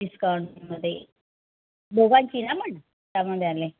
डिस्काउंटमध्ये दोघांची ना पण त्यामध्ये आले